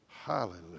Hallelujah